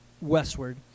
westward